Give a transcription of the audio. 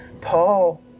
Paul